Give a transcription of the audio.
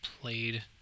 played